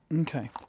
Okay